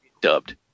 dubbed